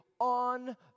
on